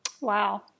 Wow